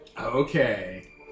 Okay